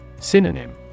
Synonym